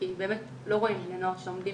כי באמת לא רואים בני נוער שעומדים